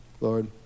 Lord